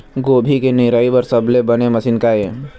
गोभी के निराई बर सबले बने मशीन का ये?